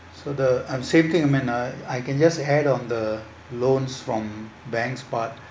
so the I'm setting amend ah I can just head on the loans from banks spot